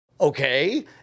Okay